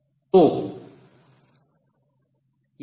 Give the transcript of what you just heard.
तो ये सभी equivalent समतुल्य हैं